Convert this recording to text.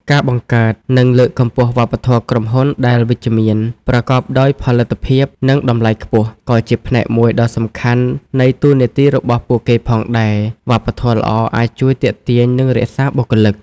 ការបង្កើត និងលើកកម្ពស់វប្បធម៌ក្រុមហ៊ុនដែលវិជ្ជមាន ប្រកបដោយផលិតភាព និងតម្លៃខ្ពស់ ក៏ជាផ្នែកមួយដ៏សំខាន់នៃតួនាទីរបស់ពួកគេផងដែរ វប្បធម៌ល្អអាចជួយទាក់ទាញ និងរក្សាបុគ្គលិក។